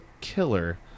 killer